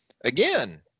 again